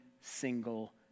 single